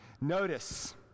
Notice